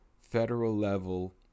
federal-level